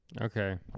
Okay